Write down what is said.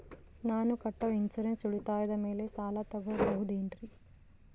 ನಾನು ಕಟ್ಟೊ ಇನ್ಸೂರೆನ್ಸ್ ಉಳಿತಾಯದ ಮೇಲೆ ಸಾಲ ತಗೋಬಹುದೇನ್ರಿ?